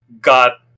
got